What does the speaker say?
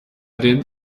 den